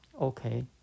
okay